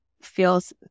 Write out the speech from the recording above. feels